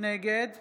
נגד